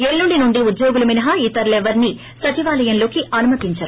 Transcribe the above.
ఎల్లుండి నుంచి ఉద్యోగులు మినహా ఇతరులెవ్వరినీ సచివాలయంలోకి అనుమతించరు